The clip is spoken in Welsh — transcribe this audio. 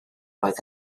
oedd